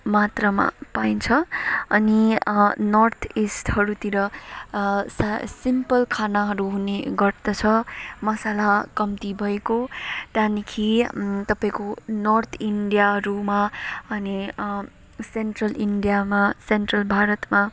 मात्रामा पाइन्छ अनि नर्थ इस्टहरूतिर सा सिम्पल खानाहरू हुने गर्दछ मसला कम्ती भएको त्यहाँदेखि तपाईँको नर्थ इन्डियाहरूमा अनि सेन्ट्रल इन्डियामा सेन्ट्रल भारतमा